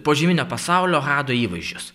požeminio pasaulio hado įvaizdžius